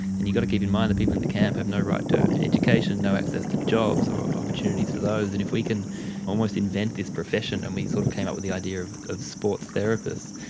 and you've got to keep in mind that people in the camp have no right to education, no access to jobs or opportunities for those, and if we can almost invent this profession, and we sort of came up with the idea of of sports therapists,